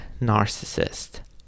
narcissist